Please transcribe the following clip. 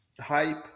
hype